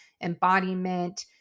embodiment